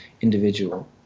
individual